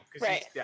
Right